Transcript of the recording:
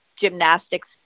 gymnastics